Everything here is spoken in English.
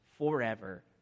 forever